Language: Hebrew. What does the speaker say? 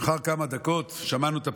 לאחר כמה דקות שמענו את הפיצוצים.